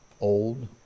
old